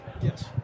Yes